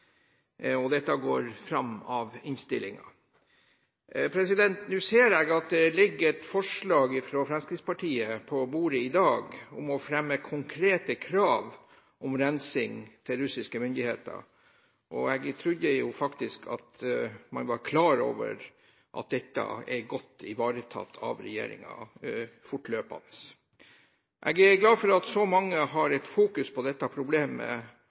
Stortinget. Dette går fram av innstillingen. Jeg ser at det ligger et forslag fra Fremskrittspartiet på bordet i dag om å fremme konkrete krav til russiske myndigheter om rensing. Jeg trodde faktisk at man var klar over at dette er godt ivaretatt av regjeringen – fortløpende. Jeg er glad for at så mange har et fokus på dette problemet,